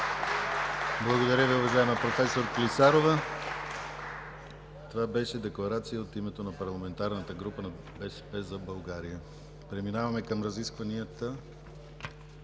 Благодаря Ви, уважаема проф. Клисарова. Това беше декларация от името на парламентарната група на „БСП за България“. Преминаваме към разискванията